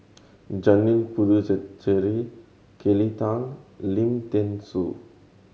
Janil Puthucheary Kelly Tang Lim Thean Soo